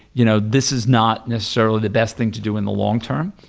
you know this is not necessarily the best thing to do in the long-term,